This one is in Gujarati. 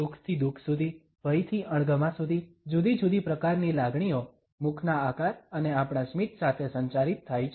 સુખથી દુખ સુધી ભયથી અણગમા સુધી જુદી જુદી પ્રકારની લાગણીઓ મુખના આકાર અને આપણા સ્મિત સાથે સંચારિત થાય છે